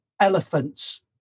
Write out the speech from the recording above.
elephants